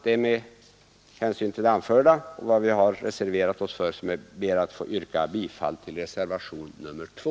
Det är med anledning av det anförda som jag ber att få yrka bifall till reservationen 2.